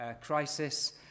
crisis